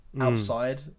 Outside